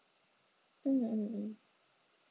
mm mm mm